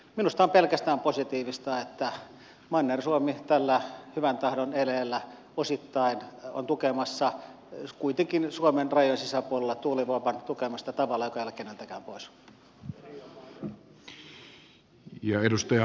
minusta on pelkästään positiivista että manner suomi tällä hyvän tahdon eleellä osittain on tukemassa kuitenkin suomen rajojen sisäpuolella tuulivoiman tukemista tavalla joka ei ole keneltäkään pois